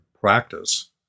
practice